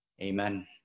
Amen